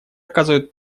оказывают